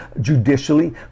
judicially